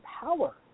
power